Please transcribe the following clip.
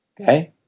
Okay